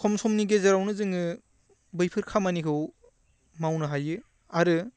खम समनि गेजेरावनो जोङो बैफोर खामानिखौ मावनो हायो आरो